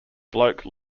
bloke